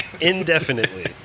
Indefinitely